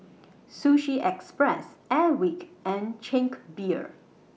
Sushi Express Airwick and Chang Beer